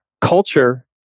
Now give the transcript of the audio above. culture